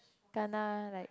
kena like